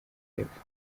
y’epfo